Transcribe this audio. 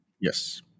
Yes